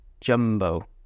Jumbo